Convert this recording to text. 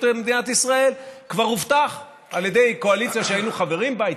מדינת ישראל כבר הובטח על ידי קואליציה שהיינו חברים בה.